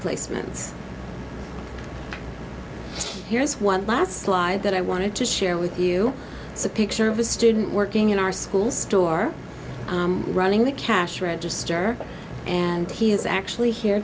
placements here's one last slide that i wanted to share with you so picture of a student working in our school store running the cash register and he is actually here